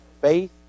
faith